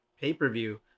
pay-per-view